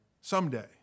someday